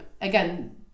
again